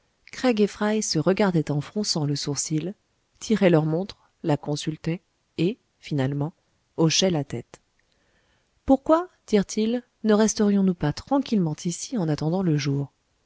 fry se regardaient en fronçant le sourcil tiraient leur montre la consultaient et finalement hochaient la tête pourquoi dirent-ils ne resterions nous pas tranquillement ici en attendant le jour